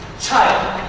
child.